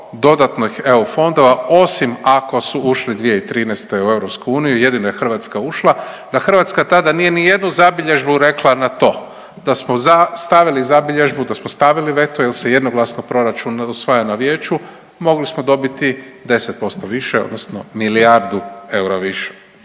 dodatnih EU fondova osim ako su ušli 2013. u EU, jedino je Hrvatska ušla, da Hrvatska tada nije ni jednu zabilježbu rekla na to. Da smo stavili zabilježbu, da smo stavili veto jer se jednoglasno proračun usvaja na vijeću mogli smo dobiti 10% više odnosno milijardu eura više.